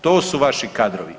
To su vaši kadrovi.